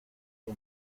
que